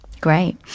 great